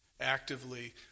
actively